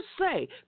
say